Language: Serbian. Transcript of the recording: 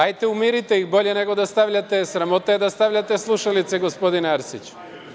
Ajte umirite ih, bolje nego da stavljate, sramota je da stavljate slušalice gospodine Arsiću.